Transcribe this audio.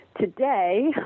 today